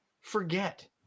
forget